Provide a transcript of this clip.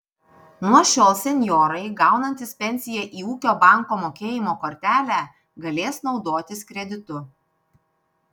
nuo šiol senjorai gaunantys pensiją į ūkio banko mokėjimo kortelę galės naudotis kreditu